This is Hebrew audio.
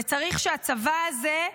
וצריך שהצבא הזה,